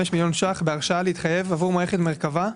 מיליון ₪ בהרשאה להתחייב עבור מערכת מרכב"ה,